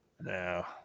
no